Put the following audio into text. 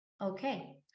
okay